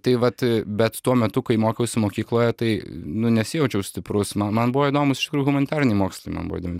tai vat bet tuo metu kai mokiausi mokykloje tai nu nesijaučiau stiprus man man buvo įdomūs iš tikrųjų humanitariniai mokslai man buvo įdom